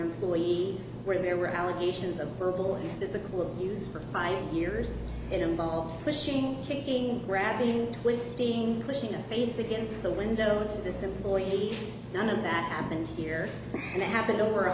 employee where there were allegations of verbal physical abuse for five years it involved pushing kicking grabbing twisting pushing a face against the window and this employee none of that happened here and it happened over a